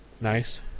Nice